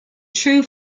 true